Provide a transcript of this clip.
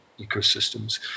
ecosystems